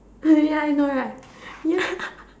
ya I know right ya